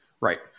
Right